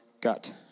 gut